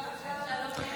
נתקבלו.